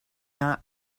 not